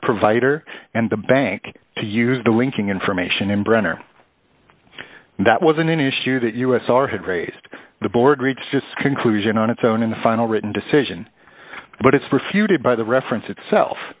provider and the bank to use the linking information in brenner that was an issue that u s r had raised the board reached just conclusion on its own in the final written decision but it's for feuded by the reference itself